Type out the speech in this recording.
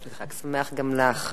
חג שמח גם לך,